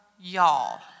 y'all